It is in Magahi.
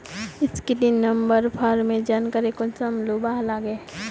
सिक्सटीन नंबर फार्मेर जानकारी कुंसम लुबा लागे?